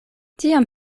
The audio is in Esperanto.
tiam